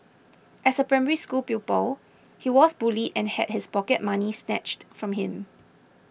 as a Primary School pupil he was bullied and had his pocket money snatched from him